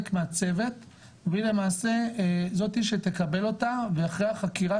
מהצוות והיא למעשה זאת שתקבל אותה ואחרי החקירה,